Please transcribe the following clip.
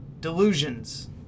delusions